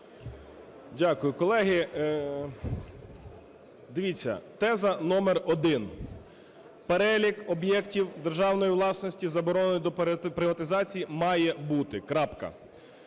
Дякую, колеги. Дивіться, теза номер один. Перелік об'єктів державної власності заборонених до приватизації має бути.